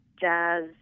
jazz